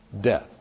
death